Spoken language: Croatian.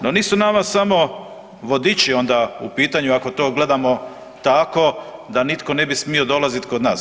No nisu nama samo vodiči onda u pitanju, ako to gledamo tako da nitko ne bi smio dolaziti kod nas.